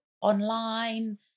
online